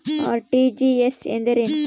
RTGS ಎಂದರೇನು?